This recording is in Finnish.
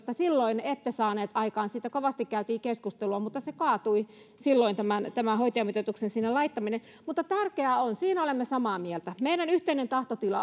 kaksituhattaviisitoista silloin ette saaneet aikaan sitä siitä kovasti käytiin keskustelua mutta silloin tämän tämän hoitajamitoituksen laittaminen kaatui mutta tärkeää on yhdestä asiasta olemme samaa mieltä meidän yhteinen tahtotilamme